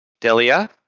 Delia